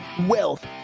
wealth